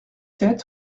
sept